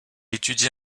étudie